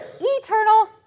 eternal